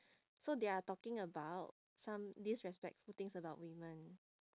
so they are talking about some disrespectful things about women